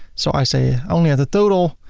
so i say only at the total.